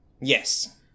yes